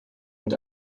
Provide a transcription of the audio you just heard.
mit